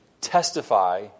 testify